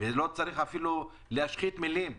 לא צריך אפילו להשחית מילים.